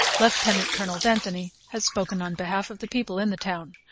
lieutenant colonel d'anthony has spoken on behalf of the people in the town.